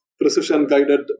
precision-guided